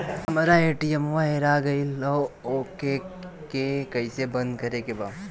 हमरा ए.टी.एम वा हेरा गइल ओ के के कैसे बंद करे के बा?